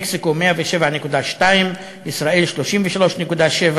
מקסיקו, 107.2, ישראל, 33.7,